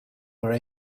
were